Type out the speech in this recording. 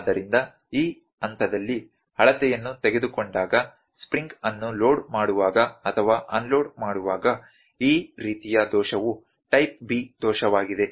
ಆದ್ದರಿಂದ ಈ ಹಂತದಲ್ಲಿ ಅಳತೆಯನ್ನು ತೆಗೆದುಕೊಂಡಾಗ ಸ್ಪ್ರಿಂಗ್ ಅನ್ನು ಲೋಡ್ ಮಾಡುವಾಗ ಅಥವಾ ಅನ್ಲೋಡ್ ಮಾಡುವಾಗ ಈ ರೀತಿಯ ದೋಷವು ಟೈಪ್ B ದೋಷವಾಗಿದೆ